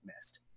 missed